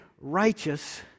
righteous